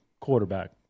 quarterback